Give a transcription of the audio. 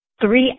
three